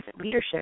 leadership